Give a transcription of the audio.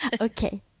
Okay